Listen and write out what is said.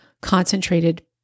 concentrated